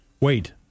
Wait